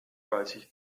weil